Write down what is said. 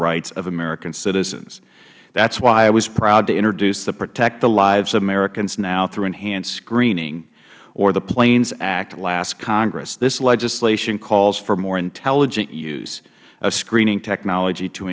rights of american citizens that is why i was proud to introduce the protect the lives of americans now through enhanced screening or the planes act last congress this legislation calls for more intelligent use of screening technology to